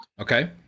Okay